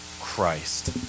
Christ